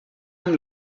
amb